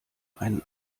einen